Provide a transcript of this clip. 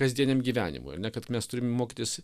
kasdieniam gyvenimui ar ne kad mes turim mokytis